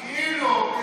כאילו,